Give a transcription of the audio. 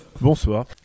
Bonsoir